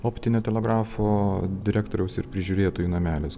optinio telegrafo direktoriaus ir prižiūrėtojų namelis